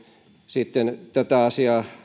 sitten tätä asiaa